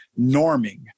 norming